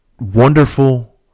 Wonderful